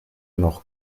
noch